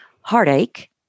heartache